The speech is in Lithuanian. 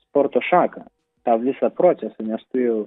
sporto šaką tą visą procesą nes tu jau